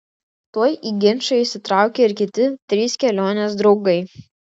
tuoj į ginčą įsitraukė ir kiti trys kelionės draugai